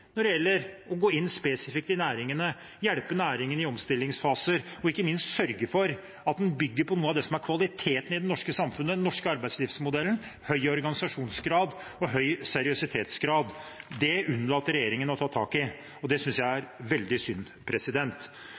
når det gjelder å gå inn spesifikt i næringene, hjelpe næringene i omstillingsfaser og ikke minst sørge for at en bygger på noe av det som er kvaliteten i det norske samfunnet: den norske arbeidslivsmodellen, høy organisasjonsgrad og høy grad av seriøsitet. Det unnlater regjeringen å ta tak i, og det synes jeg er veldig synd.